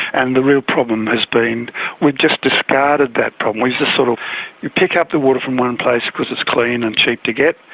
and the real problem has been we've just discarded that problem, we've just sort of you pick up the water from one place because it's clean and cheap to get,